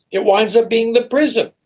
it winds up being the prison.